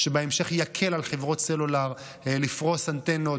שבהמשך יקל על חברות סלולר לפרוס אנטנות,